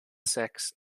sex